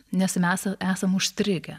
nes mes esam užstrigę